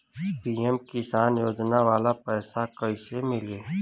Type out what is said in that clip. PM Kisan योजना वाला पैसा कईसे मिली?